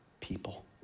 People